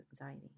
anxiety